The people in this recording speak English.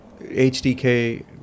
HDK